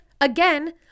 again